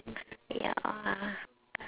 ya